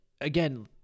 Again